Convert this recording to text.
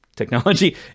technology